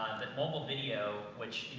that mobile video, which, you